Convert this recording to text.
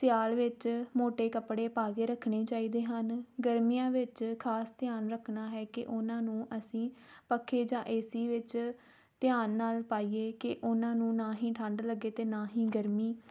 ਸਿਆਲ ਵਿੱਚ ਮੋਟੇ ਕੱਪੜੇ ਪਾ ਕੇ ਰੱਖਣੇ ਚਾਹੀਦੇ ਹਨ ਗਰਮੀਆਂ ਵਿੱਚ ਖਾਸ ਧਿਆਨ ਰੱਖਣਾ ਹੈ ਕਿ ਉਹਨਾਂ ਨੂੰ ਅਸੀਂ ਪੱਖੇ ਜਾਂ ਏਸੀ ਵਿੱਚ ਧਿਆਨ ਨਾਲ ਪਾਈਏ ਕਿ ਉਹਨਾਂ ਨੂੰ ਨਾ ਹੀ ਠੰਡ ਲੱਗੇ ਅਤੇ ਨਾ ਹੀ ਗਰਮੀ